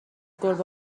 گربه